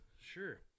sure